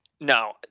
no